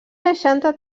seixanta